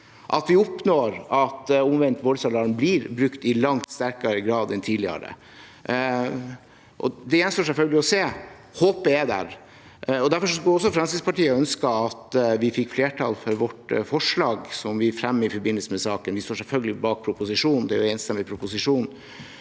at vi oppnår at omvendt voldsalarm blir brukt i langt sterkere grad enn tidligere. Det gjenstår selvfølgelig å se. Håpet er der, og derfor skulle også Fremskrittspartiet ønske at vi fikk flertall for forslaget vi fremmer i forbindelse med saken. Vi står selvfølgelig bak proposisjonen, det er en enstemmig komité